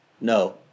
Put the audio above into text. No